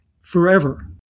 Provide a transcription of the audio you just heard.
forever